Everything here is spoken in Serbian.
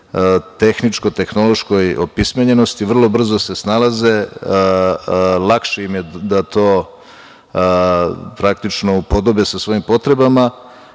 tehničko tehnološkoj opismenjenosti. Vrlo brzo se snalaze, lakše im je da to praktično upodobe sa svojim potrebama,